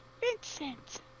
Vincent